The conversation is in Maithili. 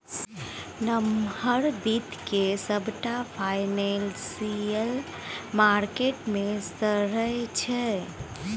नमहर बित्त केँ सबटा फाइनेंशियल मार्केट मे सराहै छै